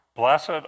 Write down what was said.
Blessed